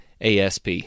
ASP